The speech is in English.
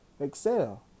excel